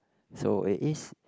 so it is